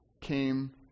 came